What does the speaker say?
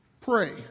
Pray